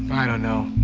i don't know.